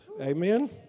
Amen